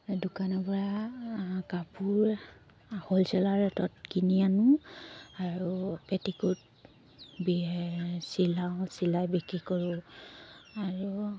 দোকানৰ পৰা কাপোৰ হ'লচেলাৰ ৰেটত কিনি আনোঁ আৰু পেটিকোট বি চিলাওঁ চিলাই বিক্ৰী কৰোঁ আৰু